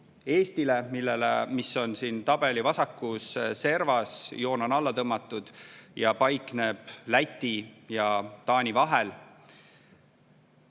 Eestile, mis on siin tabeli vasakus servas, joon on alla tõmmatud, see paikneb Läti ja Taani vahel.